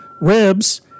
ribs